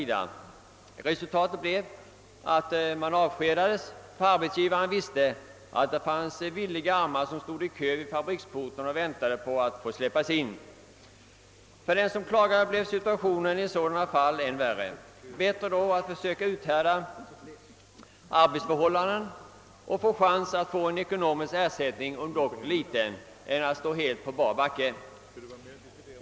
Resultatet blev att man avskedades, ty arbetsgivaren visste, att det fanns villiga armar, vilkas ägare stod i kö vid fabriksporten och väntade på att få släppas in. För den som klagade blev situationen i sådana fall än värre. Bättre då att försöka uthärda arbetsförhållandena och få chans till ekonomisk ersättning, om dock liten, än att stå helt på bar backe.